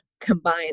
combine